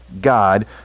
God